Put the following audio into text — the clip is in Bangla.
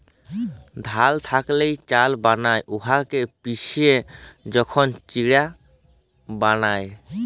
ধাল থ্যাকে চাল বালায় উয়াকে পিটে যখল চিড়া বালায়